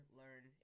learn